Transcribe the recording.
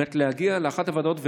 על מנת להגיע לאחת הוועדות.